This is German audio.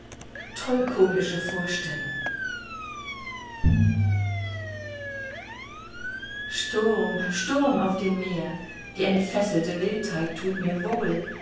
tollkomische vorstellung sturm sturm auf dem meer die entfesselte wildheit tut mir wohl